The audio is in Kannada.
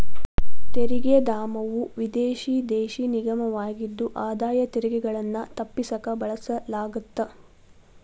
ತೆರಿಗೆ ಧಾಮವು ವಿದೇಶಿ ದೇಶ ನಿಗಮವಾಗಿದ್ದು ಆದಾಯ ತೆರಿಗೆಗಳನ್ನ ತಪ್ಪಿಸಕ ಬಳಸಲಾಗತ್ತ